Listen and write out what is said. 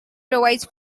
provides